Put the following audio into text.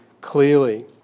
clearly